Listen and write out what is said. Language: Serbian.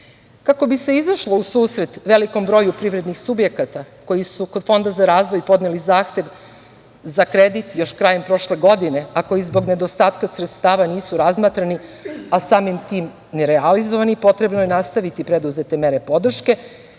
bi se izašlo u susret velikom broju privrednih subjekata koji su kod Fonda za razvoj podneli zahtev za kredit još krajem prošle godine, a koji zbog nedostatka sredstava nisu razmatrani, a samim tim nerealizovani, potrebno je nastaviti preduzete mere podrške